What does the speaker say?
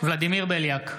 ולדימיר בליאק,